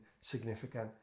significant